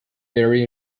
very